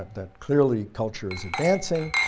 that clearly culture is advancing.